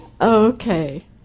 Okay